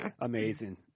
Amazing